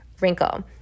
wrinkle